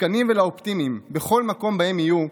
לספקנים ולאופטימיים בכל מקום שבהם יהיו,